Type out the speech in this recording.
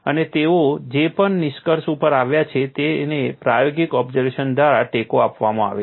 અને તેઓ જે પણ નિષ્કર્ષ ઉપર આવ્યા છે તેને પ્રાયોગિક ઓબ્ઝર્વેશન દ્વારા ટેકો આપવામાં આવે છે